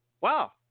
wow